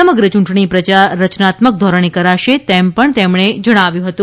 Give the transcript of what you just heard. સમગ્ર ચૂંટણી પ્રચાર રચનાત્મક ધોરણે કરાશે તેમ તેમણે કહ્યું હતું